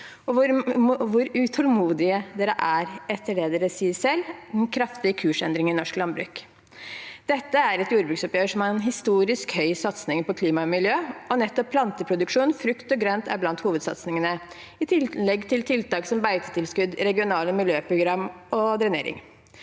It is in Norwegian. og hvor utål modige dere er, etter det dere sier selv, om en kraftig kursendring i norsk landbruk. Dette er et jordbruksoppgjør som har en historisk høy satsing på klima og miljø, og nettopp planteproduksjon, frukt og grønt er blant hovedsatsingene, i tillegg til tiltak som beitetilskudd, regionale miljøprogram og drenering.